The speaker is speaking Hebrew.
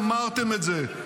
אתם אמרתם את זה,